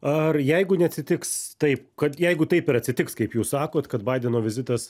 ar jeigu neatsitiks taip kad jeigu taip ir atsitiks kaip jūs sakot kad baideno vizitas